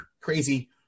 crazy